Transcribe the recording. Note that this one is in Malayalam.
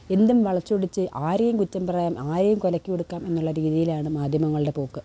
എന്തും വളച്ചൊടിച്ച് ആരെയും കുറ്റം പറയാന് ആരെയും കൊലക്ക് കൊടുക്കാം എന്നുള്ള രീതിയിലാണ് മാധ്യമങ്ങളുടെ പോക്ക്